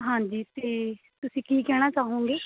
ਹਾਂਜੀ ਅਤੇ ਤੁਸੀਂ ਕੀ ਕਹਿਣਾ ਚਾਹੋਗੇ